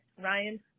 Ryan